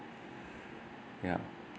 yup